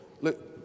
Look